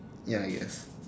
ya I guess